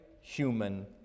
human